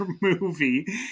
movie